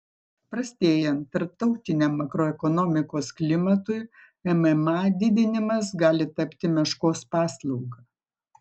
prastėjant tarptautiniam makroekonomikos klimatui mma didinimas gali tapti meškos paslauga